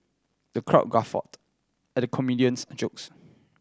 the crowd guffawed at the comedian's jokes